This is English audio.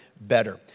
better